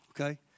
Okay